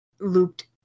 looped